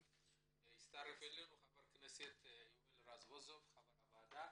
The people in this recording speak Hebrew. הצטרף אלינו חבר הכנסת יואל רזבוזוב חבר הוועדה.